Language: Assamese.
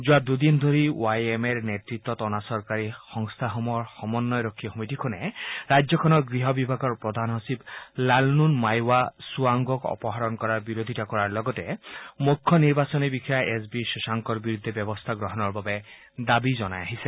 যোৱা দুদিন ধৰি ৱাই এম এৰ নেতৃত্বত অনা চৰকাৰী সংস্থাসমূহৰ সমন্বয়ৰক্ষী সমিতিখনে ৰাজ্যখনৰ গৃহ বিভাগৰ প্ৰধান সচিব লালনুনমাইৱা চূৱাংগ'ক অপসাৰণ কৰাৰ বিৰোধিতা কৰাৰ লগতে মুখ্য নিৰ্বাচনী বিষয়া এছবি শশাংকৰ বিৰুদ্ধে ব্যৱস্থা গ্ৰহণৰ বাবে দাবী জনাই আহিছে